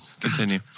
continue